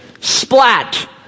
Splat